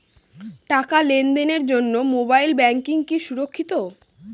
টাকা লেনদেনের জন্য মোবাইল ব্যাঙ্কিং কি সুরক্ষিত?